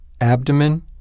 abdomen